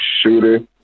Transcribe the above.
shooter